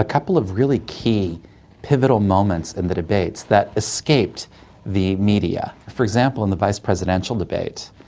ah couple of really key pivotal moments in the debates that escaped the media. for example, in the vice presidential debate,